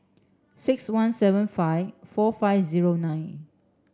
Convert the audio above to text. six one seven five four five zero nine